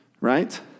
right